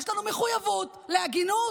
יש לנו מחויבות להגינות,